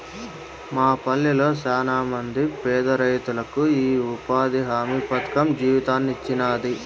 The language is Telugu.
మా పల్లెళ్ళ శానమంది పేదరైతులకు ఈ ఉపాధి హామీ పథకం జీవితాన్నిచ్చినాది